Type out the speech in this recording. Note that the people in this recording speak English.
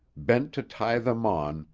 bent to tie them on,